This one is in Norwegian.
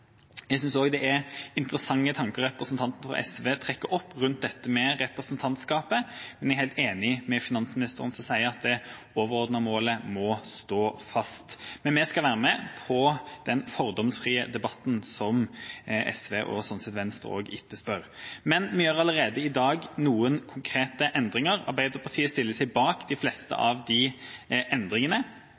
Jeg synes også det er interessante tanker representanten for SV trekker opp rundt dette med representantskapet, men jeg er helt enig med finansministeren som sier at det overordnete målet må stå fast. Men vi skal være med på den fordomsfrie debatten som SV, og også Venstre, etterspør. Vi gjør allerede i dag noen konkrete endringer. Arbeiderpartiet stiller seg bak de fleste av de endringene,